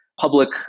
public